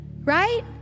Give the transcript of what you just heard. right